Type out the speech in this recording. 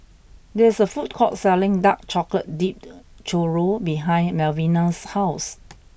there is a food court selling Dark Chocolate Dipped Churro behind Malvina's house